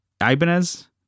Ibanez